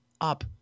up